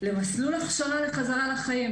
למסלול הכשרה לחזרה לחיים.